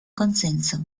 consenso